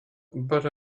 but